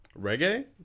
Reggae